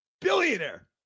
billionaire